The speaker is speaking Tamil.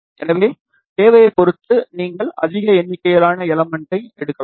எனவே தேவையைப் பொறுத்து நீங்கள் அதிக எண்ணிக்கையிலான எலமென்ட் எடுக்கலாம்